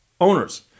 owners